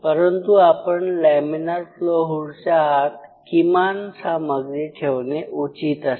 परंतु आपण laminar flow हूडच्या आत किमान सामग्री ठेवणे उचित असते